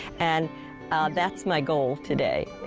and that's my goal today.